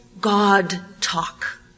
God-talk